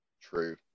true